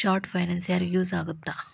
short finance ಯಾರಿಗ use ಆಗತ್ತಾ